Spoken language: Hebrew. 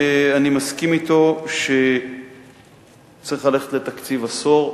אני מסכים אתו שצריך ללכת לתקציב עשור.